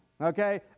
Okay